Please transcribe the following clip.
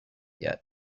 yet